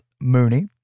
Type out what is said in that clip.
mooney